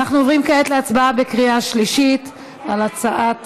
אנחנו עוברים כעת להצבעה בקריאה שלישית על הצעת